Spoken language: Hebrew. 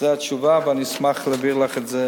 זו התשובה ואני אשמח להעביר לך את זה,